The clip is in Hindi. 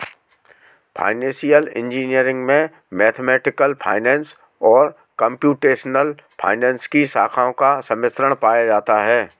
फाइनेंसियल इंजीनियरिंग में मैथमेटिकल फाइनेंस और कंप्यूटेशनल फाइनेंस की शाखाओं का सम्मिश्रण पाया जाता है